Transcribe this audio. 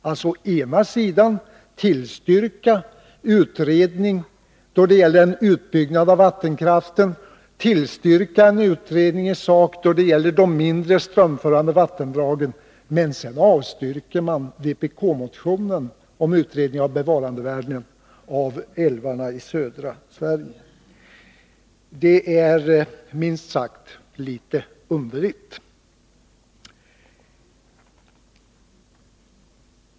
Alltså: Å ena sidan tillstyrker man utredning då det gäller en utbyggnad av vattenkraften och tillstyrker en utredning i sak då det gäller de mindre strömförande vattendragen, å andra sidan avstyrker man vpk-motionen om utredning av bevarandevärdena i älvarna i södra Sverige. Det är minst sagt litet underligt.